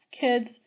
kids